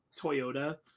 Toyota